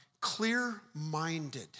Clear-minded